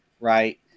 right